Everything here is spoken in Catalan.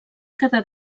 quedar